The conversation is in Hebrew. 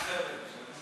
במדינה אחרת.